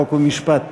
חוק ומשפט.